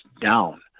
down